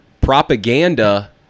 Propaganda